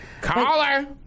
Caller